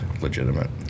legitimate